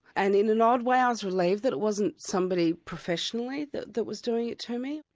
and in an odd way i was relieved that it wasn't somebody professionally that that was doing it to me.